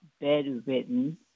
bedridden